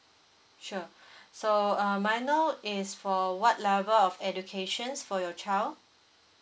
sure so um may I know is for what level of educations for your child